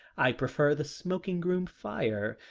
i prefer the smoking-room fire.